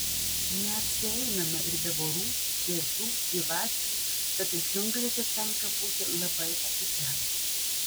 neapsieinama ir be vorų driežų gyvačių tad džiunglėse tenka būti labai atidžiam